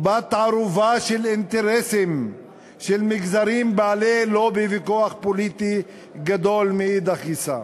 או בת-ערובה של אינטרסים של מגזרים בעלי לובי וכוח פוליטי מאידך גיסא.